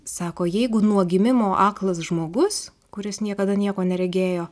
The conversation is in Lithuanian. sako jeigu nuo gimimo aklas žmogus kuris niekada nieko neregėjo